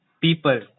people